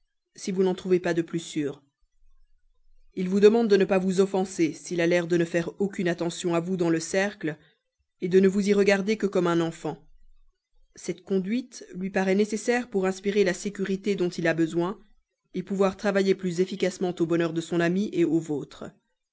si vous ne lui trouvez pas un asile plus sûr il vous demande de ne pas vous offenser s'il a l'air de ne faire aucune attention à vous dans le cercle de ne vous y regarder que comme un enfant cette conduite lui paraît nécessaire pour inspirer la sécurité dont il a besoin travailler plus efficacement au bonheur de son ami au vôtre